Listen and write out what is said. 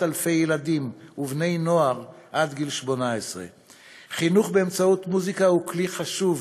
אלפי ילדים ובני-נוער עד גיל 18. חינוך באמצעות מוזיקה הוא כלי חשוב